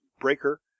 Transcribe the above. breaker